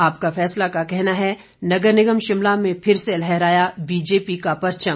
आपका फैसला का कहना है नगर निगम शिमला में फिर से लहराया बीजेपी का परचम